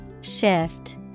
Shift